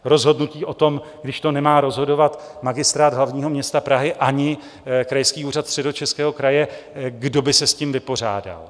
Rozhodnutí o tom, když to nemá rozhodovat Magistrát hlavního města Prahy ani Krajský úřad Středočeského kraje, kdo by se s tím vypořádal?